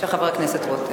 בבקשה, חבר הכנסת רותם.